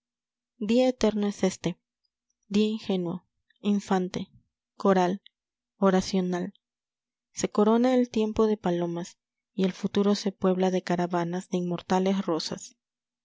es éste día ingenuo infante coral oracional se corona el tiempo de palomas y el futuro se puebla de caravanas de inmortales rosas